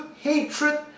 hatred